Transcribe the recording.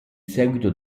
seguito